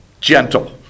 gentle